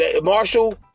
Marshall –